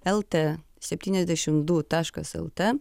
lt septyniasdešim du taškas lt